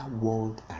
world